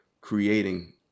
creating